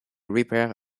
repair